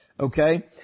Okay